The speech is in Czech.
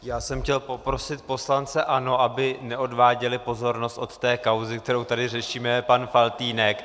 Já jsem chtěl poprosit poslance ANO, aby neodváděli pozornost od té kauzy, kterou tady řešíme, to je pan Faltýnek.